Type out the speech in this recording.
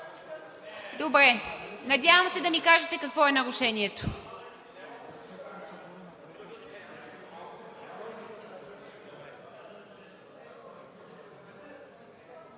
водене. Надявам се да ми кажете какво е нарушението.